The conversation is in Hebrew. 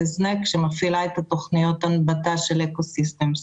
הזנק שמפעילה את תכניות ההנבטה של אקו סיסטם.